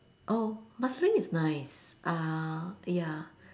oh Marsiling is nice uh ya